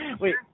wait